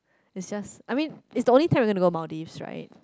it's just I mean it's the only time we going to go Maldives right